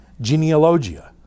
genealogia